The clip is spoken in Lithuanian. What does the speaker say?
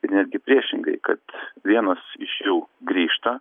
ir netgi priešingai kad vienos iš jų grįžta